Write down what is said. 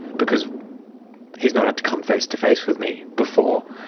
because he's not had to come face to face with me before.